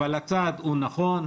אבל הצעד הוא נכון.